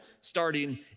starting